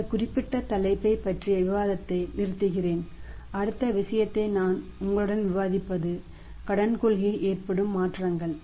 எனவே இந்த குறிப்பிட்ட தலைப்பைப் பற்றிய விவாதத்தைக் நிறுத்துகிறேன் அடுத்த விஷயத்தை நான் உங்களுடன்விவாதிப்பது கடன் கொள்கையில் ஏற்படும் மாற்றங்கள்